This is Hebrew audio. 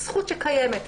זכות שקיימת.